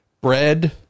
bread